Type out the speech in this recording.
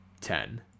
ten